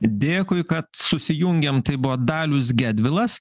dėkui kad susijungėm tai buvo dalius gedvilas